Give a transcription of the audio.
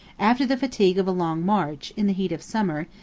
after the fatigue of a long march, in the heat of summer,